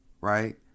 right